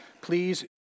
Please